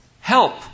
Help